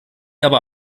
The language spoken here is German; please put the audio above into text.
aber